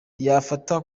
yafata